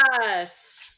Yes